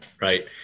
right